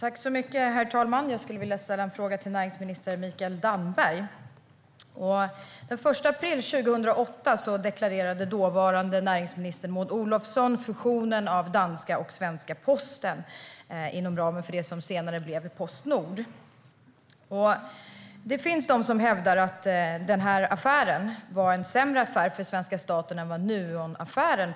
Herr talman! Jag skulle vilja ställa en fråga till näringsminister Mikael Damberg. Den 1 april 2008 deklarerade dåvarande näringsminister Maud Olofsson fusionen av den danska och den svenska posten, inom ramen för det som senare blev Postnord. Det finns de som hävdar att denna affär faktiskt var sämre för den svenska staten än Nuonaffären.